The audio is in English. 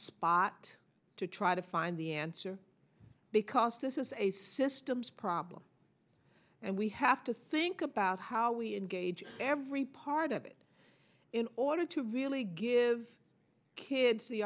spot to try to find the answer because this is a systems problem and we have to think about how we engage every part of it in order to really give kids the